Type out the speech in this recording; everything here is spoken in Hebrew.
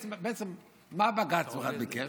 מה בג"ץ ביקש?